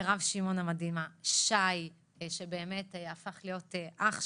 למירב שמעון המדהימה, שי שהפך להיות אח שלנו,